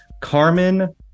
Carmen